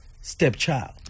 stepchild